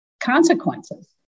consequences